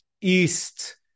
east